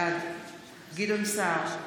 בעד גדעון סער,